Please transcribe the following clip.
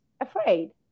afraid